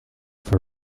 for